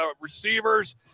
receiver's –